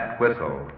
whistle